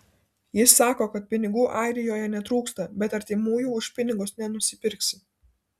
ji sako kad pinigų airijoje netrūksta bet artimųjų už pinigus nenusipirksi